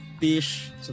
tish